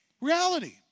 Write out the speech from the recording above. Reality